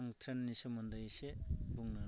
आं ट्रेननि सोमोन्दै इसे बुंनो लादों